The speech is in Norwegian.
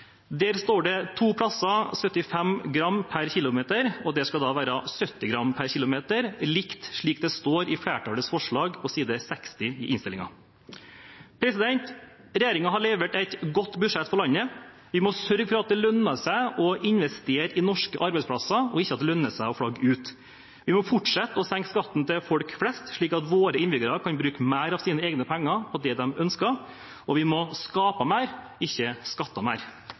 Der står det to plasser 75 g/km. Det skal være 70 g/km, likt det som står i flertallets forslag på side 60 i innstillingen. Regjeringen har levert et godt budsjett for landet. Vi må sørge for at det lønner seg å investere i norske arbeidsplasser, og at det ikke lønner seg å flagge ut. Vi må fortsette å senke skatten til folk flest, slik at våre innbyggere kan bruke mer av sine egne penger på det de ønsker. Vi må skape mer, ikke skatte mer.